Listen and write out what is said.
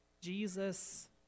Jesus